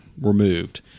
removed